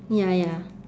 ya ya